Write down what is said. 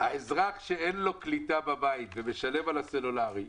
אזרח שאין לו קליטה בבית ומשלם על הטלפון הסלולרי,